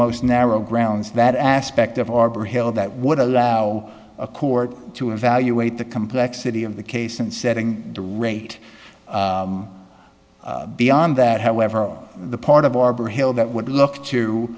most narrow grounds that aspect of arbor hill that would allow a court to evaluate the complexity of the case and setting the rate beyond that however the part of arbor hill that would look to